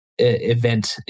event